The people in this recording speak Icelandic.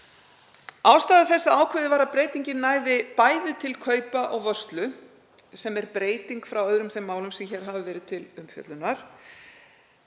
Ástæða þess að ákveðið var að breytingin næði bæði til kaupa og vörslu, sem er breyting frá öðrum þeim málum sem hér hafa verið til umfjöllunar,